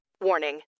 Warning